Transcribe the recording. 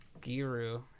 Giru